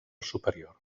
superior